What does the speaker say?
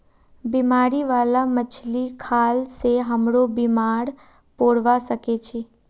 बीमारी बाला मछली खाल से हमरो बीमार पोरवा सके छि